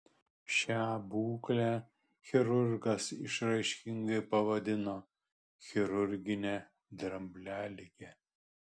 šią būklę chirurgas išraiškingai pavadino chirurgine dramblialige